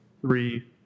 Three